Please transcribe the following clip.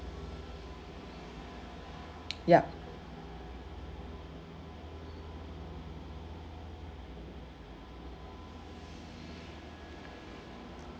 yup